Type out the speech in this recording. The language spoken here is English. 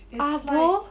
ar bo